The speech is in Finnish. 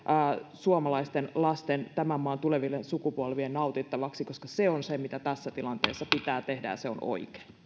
suomalaisten lasten tämän maan tulevien sukupolvien nautittavaksi koska se on se mitä tässä tilanteessa pitää tehdä ja se on oikein